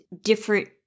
different